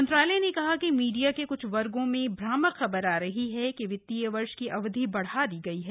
मंत्रालय ने कहा कि मीडिया के क्छ वर्गो में भ्रामक खबर आ रही थी कि वित्तीय वर्ष की अवधि बढ़ा दी गई है